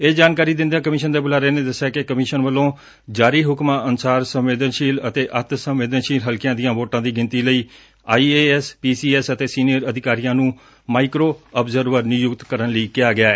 ਇਹ ਜਾਣਕਾਰੀ ਦਿੰਦਿਆਂ ਕਮਿਸ਼ਨ ਦੇ ਬੁਲਾਰੇ ਨੇ ਦੱਸਿਆ ਕਿ ਕਮਿਸ਼ਨ ਵਲੋਂ ਜਾਰੀ ਹੁਕਮਾਂ ਅਨੁਸਾਰ ਸੰਵੇਦਨਸ਼ੀਲ ਅਤੇ ਅਤਿ ਸੰਵੇਦਨਸ਼ੀਲ ਹਲਕਿਆਂ ਦੀਆਂ ਵੋਟਾਂ ਦੀ ਗਿਣਤੀ ਲਈ ਆਈਏਐਸ ਪੀਸੀਐਸ ਅਤੇ ਸੀਨੀਅਰ ਅਧਿਕਾਰੀਆਂ ਨੰ ਮਾਇਕਰੋ ਆਬਜ਼ਰਵਰ ਨਿਯੁਕਤ ਕਰਨ ਲਈ ਕਿਹਾ ਗਿਐ